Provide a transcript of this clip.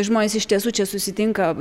žmonės iš tiesų čia susitinka